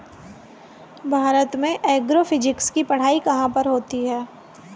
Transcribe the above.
भारत में एग्रोफिजिक्स की पढ़ाई कहाँ पर होती है?